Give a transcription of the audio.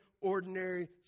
ordinary